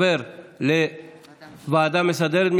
ועדה מסדרת.